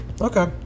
Okay